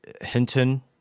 Hinton